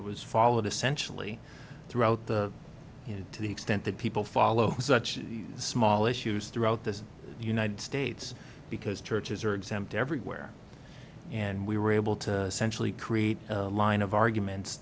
it was followed essentially throughout the you know to the extent that people follow such small issues throughout the united states because churches are exempt everywhere and we were able to centrally create a line of arguments